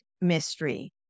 mystery